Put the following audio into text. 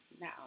now